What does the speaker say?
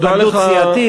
זאת התנגדות סיעתית,